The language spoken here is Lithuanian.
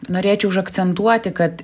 norėčiau užakcentuoti kad